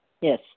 Yes